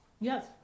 Yes